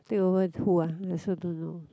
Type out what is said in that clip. take over who arh I also don't know